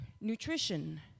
nutrition